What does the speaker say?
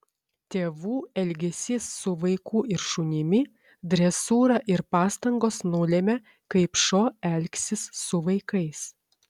tėvų elgesys su vaiku ir šunimi dresūra ir pastangos nulemia kaip šuo elgsis su vaikais